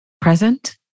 present